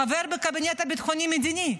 חבר בקבינט הביטחוני-מדיני.